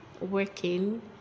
working